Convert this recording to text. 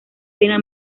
pena